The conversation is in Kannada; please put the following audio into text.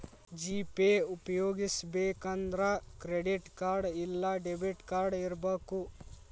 ಜಿ.ಪೇ ಉಪ್ಯೊಗಸ್ಬೆಕಂದ್ರ ಕ್ರೆಡಿಟ್ ಕಾರ್ಡ್ ಇಲ್ಲಾ ಡೆಬಿಟ್ ಕಾರ್ಡ್ ಇರಬಕು